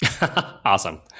Awesome